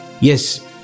Yes